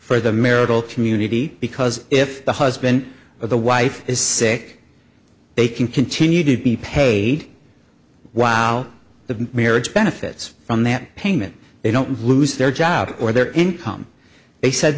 for the marital community because if the husband of the wife is sick they can continue to be paid while the marriage benefits from that payment they don't lose their job or their income they said